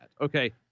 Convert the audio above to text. Okay